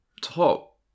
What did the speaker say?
top